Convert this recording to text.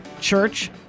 Church